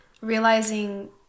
realizing